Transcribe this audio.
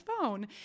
phone